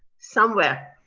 somewhere?